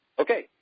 Okay